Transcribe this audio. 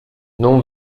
non